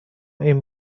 این